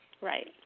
right